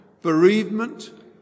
bereavement